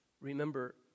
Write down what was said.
Remember